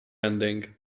ending